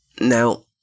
Now